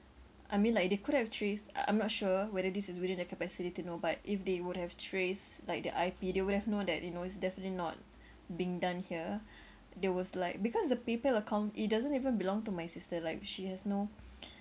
I mean like they could have traced I I'm not sure whether this is within their capacity to know but if they would have traced like the I_P they would have known that you know it's definitely not being done here there was like because the Paypal account it doesn't even belong to my sister like she has no